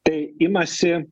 tai imasi